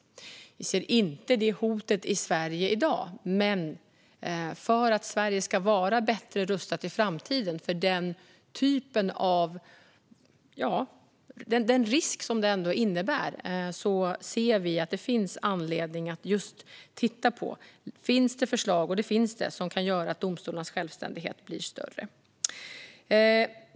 Vi ser inte det hotet i Sverige i dag, men för att Sverige i framtiden ska vara bättre rustat för den risk detta ändå innebär anser vi att det finns anledning att titta på om det finns förslag - och det gör det - som kan göra att domstolarnas självständighet blir större.